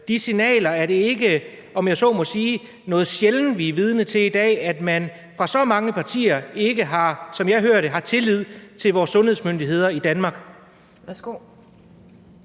de signaler. Er det ikke, om jeg så må sige, noget sjældent, vi er vidne til i dag, at man fra så mange partiers side, som jeg hører det, ikke har tillid til vores sundhedsmyndigheder i Danmark?